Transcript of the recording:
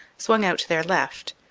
swung out to their left,